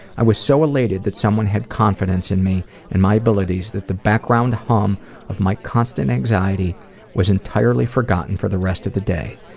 i was so elated that someone had confidence in me and my abilities that the background hum of my constant anxiety was entirely forgotten for the rest of the day.